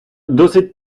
досить